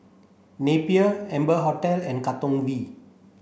Napier Amber Hotel and Katong V